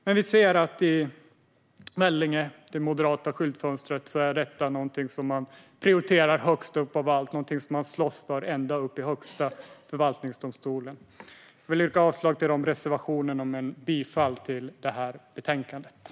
Men vi ser att detta i det moderata skyltfönstret Vellinge är något som man prioriterar högst av allt och slåss för ända upp i Högsta förvaltningsdomstolen. Jag vill yrka avslag på de reservationerna men bifall till utskottets förslag.